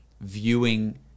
viewing